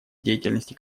деятельности